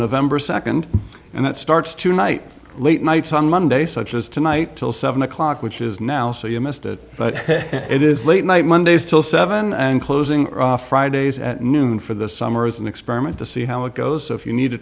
november second and it starts tonight late nights on monday such as tonight till seven o'clock which is now so you missed it but it is late night mondays till seven and closing fridays at noon for the summer as an experiment to see how it goes if you need